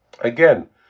Again